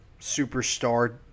superstar